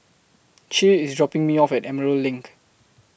Che IS dropping Me off At Emerald LINK